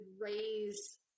raise